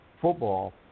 football